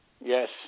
Yes